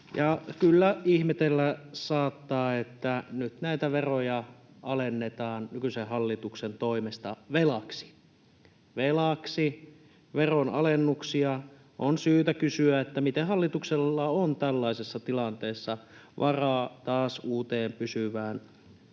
Kyllä ihmetellä saattaa, että nyt näitä veroja alennetaan nykyisen hallituksen toimesta velaksi. Velaksi veronalennuksia. On syytä kysyä, miten hallituksella on tällaisessa tilanteessa varaa taas uuteen pysyvään,